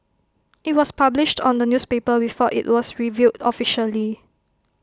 IT was published on the newspaper before IT was revealed officially